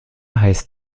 heißt